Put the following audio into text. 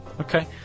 Okay